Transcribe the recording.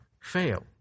fail